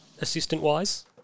assistant-wise